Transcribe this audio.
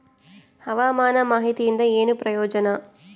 ಹವಾಮಾನ ಮಾಹಿತಿಯಿಂದ ಏನು ಪ್ರಯೋಜನ?